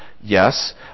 Yes